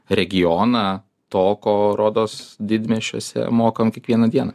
regioną to ko rodos didmiesčiuose mokam kiekvieną dieną